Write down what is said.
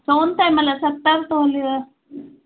सोन त हिन महिल सतरि थो हलेव